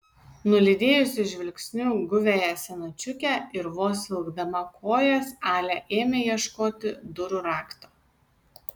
nulydėjusi žvilgsniu guviąją senučiukę ir vos vilkdama kojas alia ėmė ieškoti durų rakto